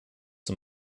zum